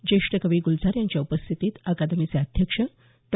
ज्येष्ठ कवी गुलजार यांच्या उपस्थितीत अकादमीचे अध्यक्ष डॉ